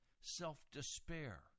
self-despair